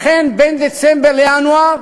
לכן, בין דצמבר לינואר